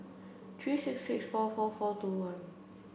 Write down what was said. three six six four four four two one